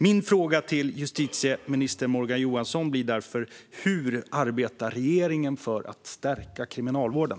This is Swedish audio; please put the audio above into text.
Min fråga till justitieminister Morgan Johansson blir därför: Hur arbetar regeringen för att stärka kriminalvården?